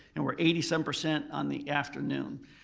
and we're eighty seven percent on the afternoon.